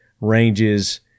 ranges